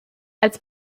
als